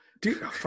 Dude